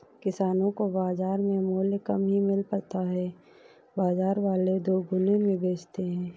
किसानो को बाजार में मूल्य कम ही मिल पाता है बाजार वाले दुगुने में बेचते है